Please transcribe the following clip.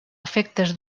efectes